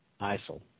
ISIL